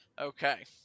Okay